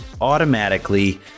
automatically